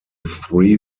three